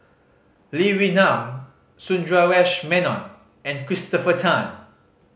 Lee Wee Nam Sundaresh Menon and Christopher Tan